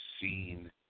seen